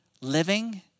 living